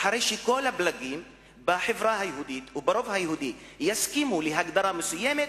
אחרי שכל הפלגים בחברה היהודית וברוב היהודי יסכימו להגדרה מסוימת,